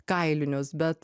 kailinius bet